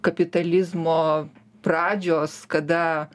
kapitalizmo pradžios kada